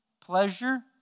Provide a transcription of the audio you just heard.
pleasure